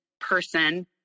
person